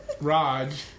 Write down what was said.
Raj